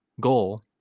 goal